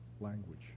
language